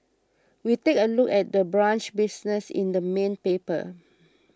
we take a look at the brunch business in the main paper